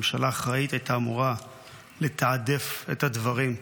ממשלה אחראית הייתה אמורה לתעדף את הדברים,